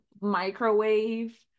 microwave